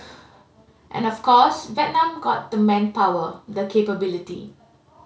and of course Vietnam got the manpower the capability